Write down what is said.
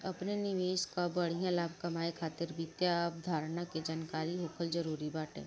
अपनी निवेश कअ बढ़िया लाभ कमाए खातिर वित्तीय अवधारणा के जानकरी होखल जरुरी बाटे